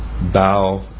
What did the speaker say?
bow